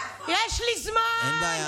מה קרה לליכוד?